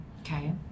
Okay